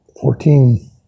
Fourteen